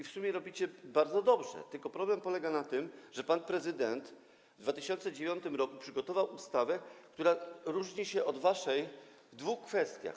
W sumie robicie bardzo dobrze, tylko problem polega na tym, że pan prezydent w 2009 r. przygotował ustawę, która różni się od waszej w dwóch kwestiach.